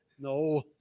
No